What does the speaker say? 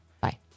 Bye